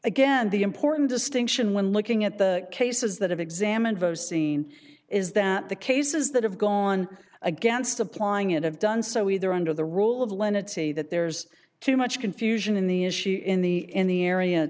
again the important distinction when looking at the cases that have examined votes seen is that the cases that have gone against applying it have done so either under the rule of lenity that there's too much confusion in the issue in the in the area